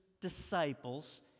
disciples